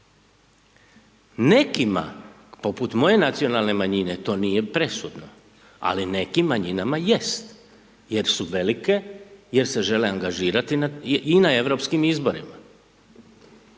Nekima, poput moje nacionalne manjine, to nije presudno, ali nekim manjinama jest jer su velike, jer se žele angažirati i na europskim izborima.